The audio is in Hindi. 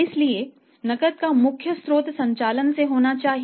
इसलिए नकद का मुख्य स्रोत संचालन से होना चाहिए